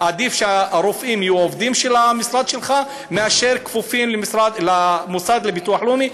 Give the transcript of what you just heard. שעדיף שהרופאים יהיו עובדים מהמשרד שלך מאשר כפופים למוסד לביטוח לאומי,